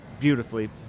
beautifully